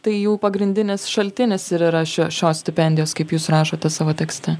tai jų pagrindinis šaltinis ir yra šio šios stipendijos kaip jūs rašote savo tekste